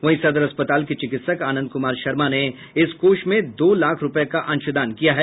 वहीं सदर अस्पताल के चिकित्सक आनंद कुमार शर्मा ने इस कोष में दो लाख रूपये का अंशदान किया है